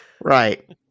Right